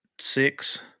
six